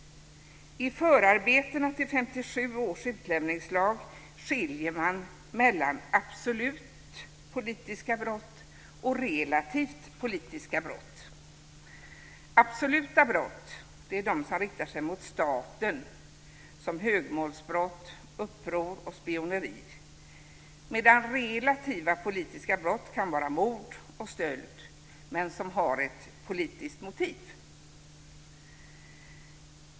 I förarbetena till 1957 års utlämningslag skiljer man mellan absolut politiska brott och relativt politiska brott. Absolut politiska brott är brott som riktar sig mot staten, såsom högmålsbrott, uppror och spioneri, medan relativa politiska brott kan vara mord och stöld som har ett politiskt motiv.